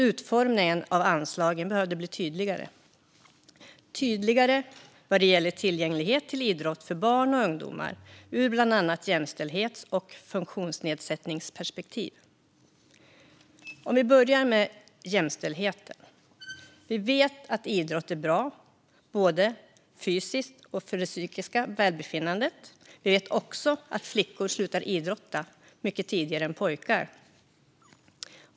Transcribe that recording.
Utformningen av anslagen behövde bli tydligare vad gäller tillgänglighet till idrott för barn och ungdomar ur bland annat jämställdhets och funktionsnedsättningsperspektiv. Låt oss börja med jämställdheten. Vi vet att idrott är bra för både det fysiska och psykiska välbefinnandet. Vi vet också att flickor slutar idrotta mycket tidigare än pojkar.